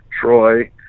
Troy